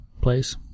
place